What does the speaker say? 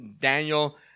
Daniel